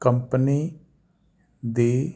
company ਦੇ